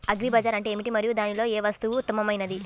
Agri Bazaar అంటే ఏమిటి మరియు దానిలో ఏ వస్తువు ఉత్తమమైనది?